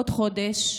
עוד חודש,